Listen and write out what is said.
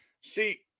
See